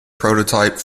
prototype